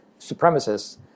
supremacists